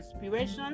inspiration